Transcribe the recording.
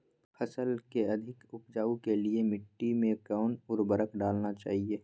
फसल के अधिक उपज के लिए मिट्टी मे कौन उर्वरक डलना चाइए?